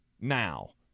now